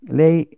lei